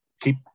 keep